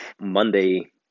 Monday